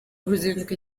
uruzinduko